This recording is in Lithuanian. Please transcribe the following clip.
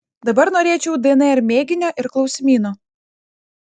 dabar norėčiau dnr mėginio ir klausimyno